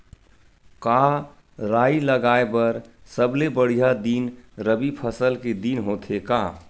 का राई लगाय बर सबले बढ़िया दिन रबी फसल के दिन होथे का?